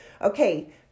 okay